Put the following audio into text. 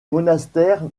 monastère